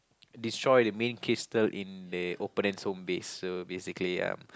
destroy the main crystal in the opponents home base so basically um